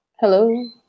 Hello